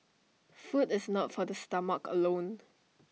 food is not for the stomach alone